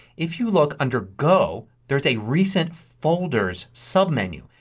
if you look under go there's a recent folders submenu.